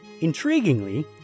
intriguingly